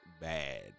bad